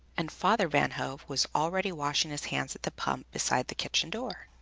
and father van hove was already washing his hands at the pump, beside the kitchen door.